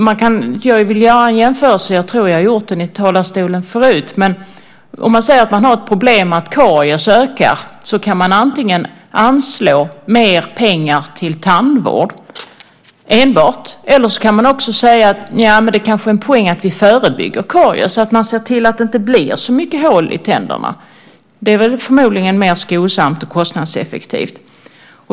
Jag vill göra en jämförelse som jag tror att jag har gjort i talarstolen förut. Om man säger att man har ett problem med att karies ökar så kan man antingen enbart anslå mer pengar till tandvård eller också säga att det kanske är en poäng med att förebygga karies så att man ser till att det inte blir så mycket hål i tänderna. Det är förmodligen mer skonsamt och kostnadseffektivt.